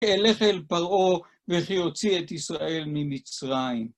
ילך אל פרעו וכי יוצא את ישראל ממצרים.